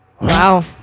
Wow